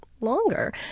longer